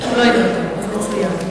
הוא לא יצא, הוא לא התפטר.